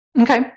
Okay